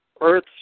earth